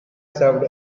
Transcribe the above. served